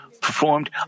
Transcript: performed